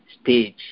stage